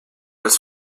als